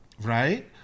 right